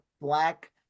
black